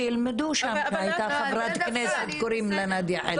שילמדו שם שהייתה חברת כנסת קוראים לה נאדיה חילו.